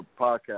podcast